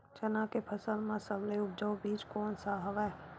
चना के फसल म सबले उपजाऊ बीज कोन स हवय?